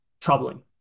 troubling